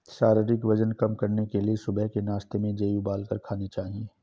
शारीरिक वजन कम करने के लिए सुबह के नाश्ते में जेई उबालकर खाने चाहिए